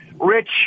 rich